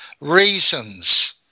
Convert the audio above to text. reasons